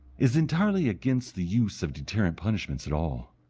is entirely against the use of deterrent punishments at all.